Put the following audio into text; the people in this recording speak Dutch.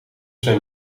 zijn